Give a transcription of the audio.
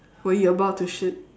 when you're about to shit